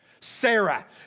Sarah